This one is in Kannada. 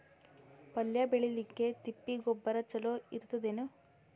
ಪಲ್ಯ ಬೇಳಿಲಿಕ್ಕೆ ತಿಪ್ಪಿ ಗೊಬ್ಬರ ಚಲೋ ಇರತದೇನು?